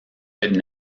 but